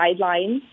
guidelines